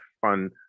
fun